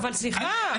אבל סליחה,